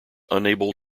unable